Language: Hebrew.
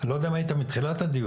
אני לא יודע אם היית מתחילת הדיון,